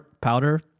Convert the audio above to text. Powder